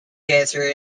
cancer